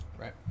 Right